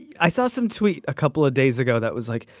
i saw some tweet a couple of days ago that was, like,